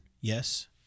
Yes